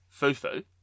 Fufu